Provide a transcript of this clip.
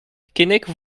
keinec